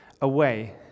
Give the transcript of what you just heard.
away